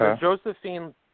josephine